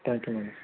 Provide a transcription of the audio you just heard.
thank you madam